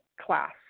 class